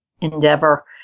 endeavor